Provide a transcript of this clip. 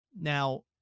Now